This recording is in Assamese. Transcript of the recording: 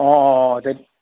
অ' অ' অ'